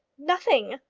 nothing.